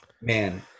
man